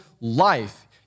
life